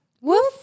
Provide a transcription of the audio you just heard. Woof